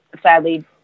sadly